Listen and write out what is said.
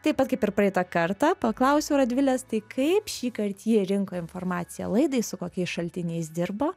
taip pat kaip ir praeitą kartą paklausiau radvilės tai kaip šįkart ji rinko informaciją laidai su kokiais šaltiniais dirbo